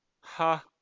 Ha